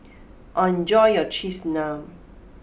enjoy your Cheese Naan